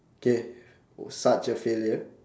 K oh such a failure